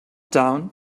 down